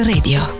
Radio